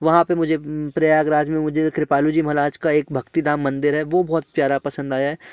वहाँ पे मुझे प्रयागराज में मुझे कृपालुजी महाराज का एक भक्ति धाम मंदिर है वो बहुत प्यार पसंद आया है